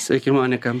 sveiki monika